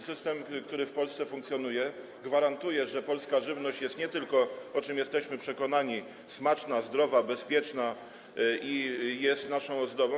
System, który w Polsce funkcjonuje, gwarantuje, że polska żywność jest, o czym jesteśmy przekonani, smaczna, zdrowa i bezpieczna, że jest naszą ozdobą.